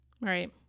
right